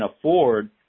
afford